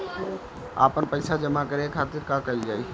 आपन पइसा जमा करे के खातिर का कइल जाइ?